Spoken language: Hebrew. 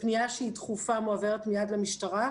פנייה שהיא דחופה מועברת מיד למשטרה,